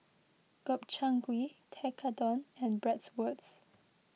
Gobchang Gui Tekkadon and Bratwurst